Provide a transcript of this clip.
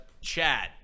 Chad